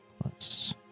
plus